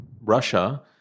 russia